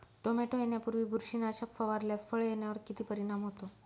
Tomato येण्यापूर्वी बुरशीनाशक फवारल्यास फळ येण्यावर किती परिणाम होतो?